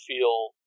feel